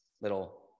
little